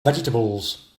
vegetables